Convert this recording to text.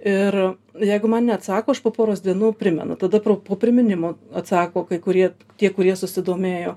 ir jeigu man neatsako aš po poros dienų primenu tada pro po priminimo atsako kai kurie tie kurie susidomėjo